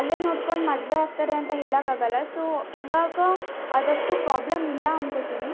ಅಲ್ಲೇ ನೋಡಿಕೊಂಡು ಮದುವೆಯಾಗ್ತಾರೆ ಅಂತ ಹೇಳೋಕ್ಕಾಗಲ್ಲ ಸೋ ಈವಾಗ ಅದಷ್ಟು ಪ್ರಾಬ್ಲಮ್ ಇಲ್ಲ ಅನ್ಕೋತೀನಿ